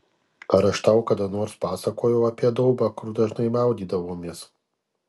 ar aš tau kada nors pasakojau apie daubą kur dažnai maudydavomės